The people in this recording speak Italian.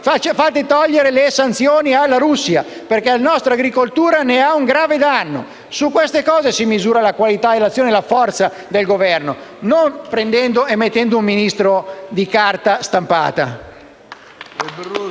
fate togliere le sanzioni alla Russia, perché la nostra agricoltura ne ha un grave danno. Su questo si misurano la qualità, l'azione e la forza del Governo, e non prendendo e mettendo un Ministro sulla carta stampata.